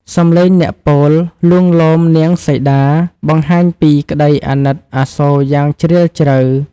សំឡេងអ្នកពោលលួងលោមនាងសីតា បង្ហាញពីក្ដីអាណិតអាសូរយ៉ាងជ្រាលជ្រៅ។